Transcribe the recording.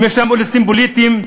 אם יש אילוצים פוליטיים,